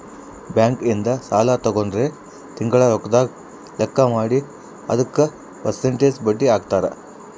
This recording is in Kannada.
ಬ್ಯಾಂಕ್ ಇಂದ ಸಾಲ ತಗೊಂಡ್ರ ತಿಂಗಳ ರೊಕ್ಕದ್ ಲೆಕ್ಕ ಮಾಡಿ ಅದುಕ ಪೆರ್ಸೆಂಟ್ ಬಡ್ಡಿ ಹಾಕ್ತರ